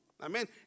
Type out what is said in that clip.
Amen